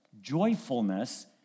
joyfulness